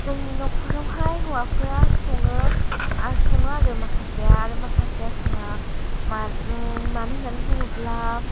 जोंनि न'खरावहाय हौवाफोरा सङो आरो सङो आरो माखासेया आरो माखासेया सङा मा मानो होन्नानै बुङोब्ला